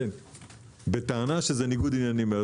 בטענה שזה ניגוד עניינים.